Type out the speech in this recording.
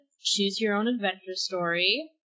choose-your-own-adventure-story